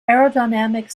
aerodynamic